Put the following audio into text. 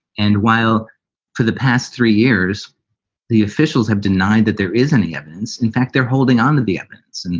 and while for the past three years the officials have denied that there is any evidence, in fact, they're holding on to the evidence. and